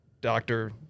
doctor